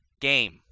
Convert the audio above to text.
Game